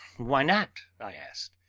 why not? i asked.